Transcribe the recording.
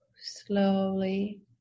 slowly